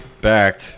back